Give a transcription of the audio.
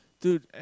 dude